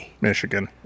Michigan